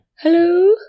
Hello